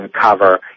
cover